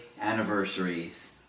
anniversaries